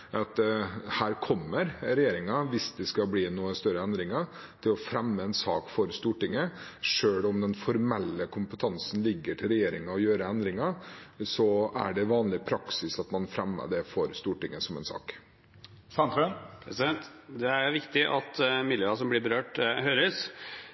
at her kommer regjeringen, hvis det skal bli noen større endringer, til å fremme en sak for Stortinget. Selv om den formelle kompetansen til å gjøre endringer ligger til regjeringen, er det vanlig praksis at man fremmer det for Stortinget som en sak. Det er viktig at